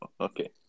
Okay